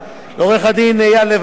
לעורך-הדין אייל לב-ארי,